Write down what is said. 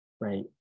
right